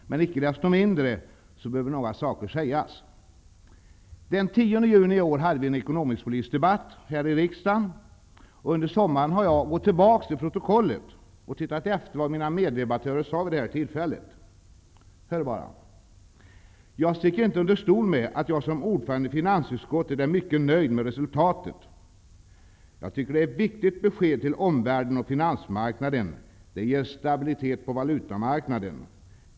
Men icke desto mindre behöver några saker sägas. Den 10 juni i år hade vi en ekonomisk-politisk debatt i riksdagen. Under sommaren har jag gått tillbaka till protokollet och tittat efter vad mina meddebattörer sade vid det tillfället. Hör bara! ''Jag sticker inte under stol med att jag som ordförande i finansutskottet är mycket nöjd med resultatet. -- Jag tycker det är ett viktigt besked till omvärlden och finansmarknaden. Det ger stabilitet på valutamarknaden.